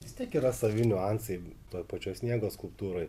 vis tiek yra savi niuansai toj pačioj sniego skulptūroj